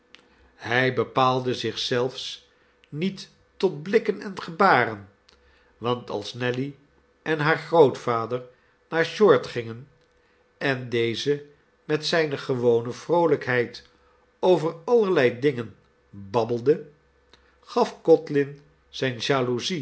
hij bepaalde zich zelfs niet tot blikken en gebaren want als nelly en haar grootvader naar short gingen en deze met zijne gewone vroolijkheid over allerlei dingen babbelde gaf codlin zijne